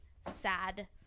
sad